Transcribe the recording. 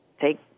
take